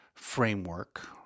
Framework